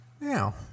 now